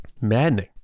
maddening